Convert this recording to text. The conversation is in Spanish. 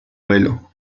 duelo